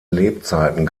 lebzeiten